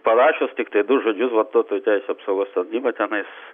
parašius tiktai du žodžius vartotojų teisių apsaugos tarnyba tenais